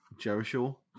Jericho